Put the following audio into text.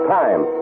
time